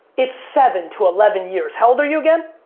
it's seven to eleven years. how old are you again?